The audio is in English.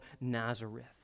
Nazareth